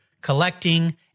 collecting